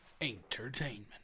Entertainment